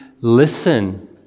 listen